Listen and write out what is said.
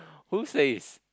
who says